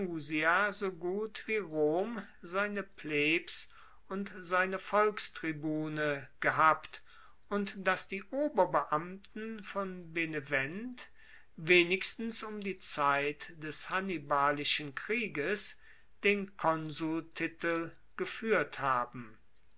so gut wie rom seine plebs und seine volkstribune gehabt und dass die oberbeamten von benevent wenigstens um die zeit des hannibalischen krieges den konsultitel gefuehrt haben